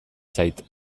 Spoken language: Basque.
zait